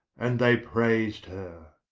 and they praised her.